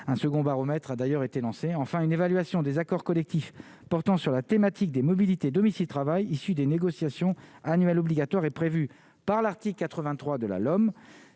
un second baromètre a d'ailleurs été lancé enfin une évaluation des accords collectifs, portant sur la thématique des mobilité domicile/travail issu des négociations annuelles obligatoires est prévue par l'article 83 de la